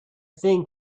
thing